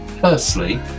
Firstly